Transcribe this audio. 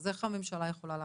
אז איך הממשלה יכולה להחליט?